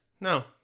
No